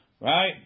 Right